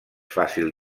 fàcil